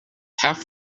half